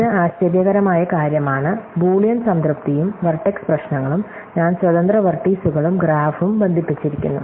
ഇത് ആശ്ചര്യകരമായ കാര്യമാണ് ബൂളിയൻ സംതൃപ്തിയും വെർട്ടെക്സ് പ്രശ്നങ്ങളും ഞാൻ സ്വതന്ത്ര വെർട്ടീസുകളും ഗ്രാഫും ബന്ധിപ്പിച്ചിരിക്കുന്നു